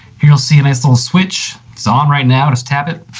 here you'll see a nice little switch, it's on right now, just tap it,